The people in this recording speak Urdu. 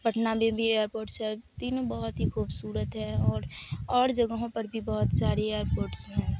پٹنہ میں بھی ایئرپورٹس ہے تینوں بہت ہی خوبصورت ہے اور اور جگہوں پر بھی بہت سارے ایئرپورٹس ہیں